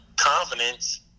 confidence